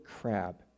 crab